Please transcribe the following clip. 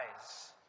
eyes